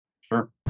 Sure